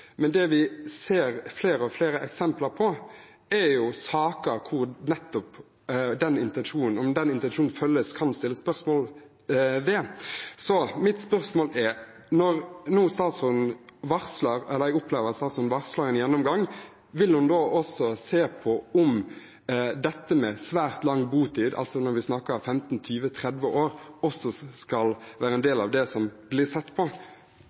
Men i denne salen, og spesielt i diskusjonen om forholdsmessighet, var det et ganske tydelig samstemt storting som sa at svært lang botid skulle ha betydelig vekt. Det vi ser flere og flere eksempler på, er saker hvor det nettopp kan stilles spørsmål ved om den intensjonen følges. Mitt spørsmål er: Når jeg opplever at statsråden nå varsler en gjennomgang, vil hun da også se på om dette med svært lang botid, altså når vi snakker om 15, 20,